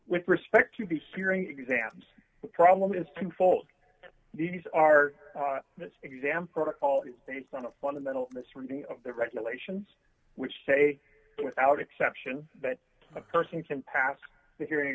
with respect to the steering exams the problem is twofold these are the exam protocol is based on a fundamental misreading of the regulations which say without exception that a person can pass the hearing